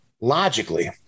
logically